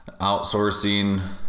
outsourcing